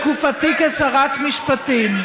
בתקופתי כשרת משפטים.